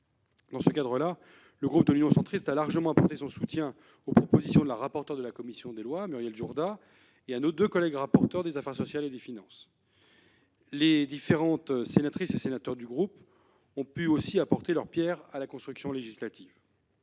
Dans ce cadre, le groupe Union Centriste a largement apporté son soutien aux propositions de la rapporteure de la commission des lois, Muriel Jourda, et à nos deux collègues rapporteurs pour avis des commissions des affaires sociales et des finances. Les différentes sénatrices et sénateurs de mon groupe ont apporté leur pierre à la construction législative.